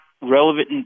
relevant